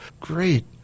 great